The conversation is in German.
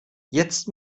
jetzt